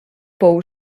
pou